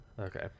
okay